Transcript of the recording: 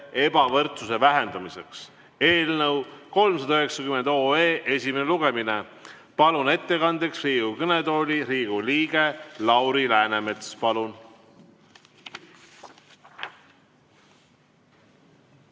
ebavõrdsuse vähendamiseks" eelnõu 390 esimene lugemine. Palun ettekandeks Riigikogu kõnetooli Riigikogu liikme Lauri Läänemetsa. Palun!